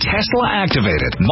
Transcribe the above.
Tesla-activated